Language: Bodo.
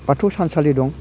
बाथौ थानसालि दं